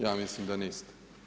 Ja mislim da niste.